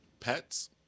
Pets